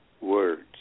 Words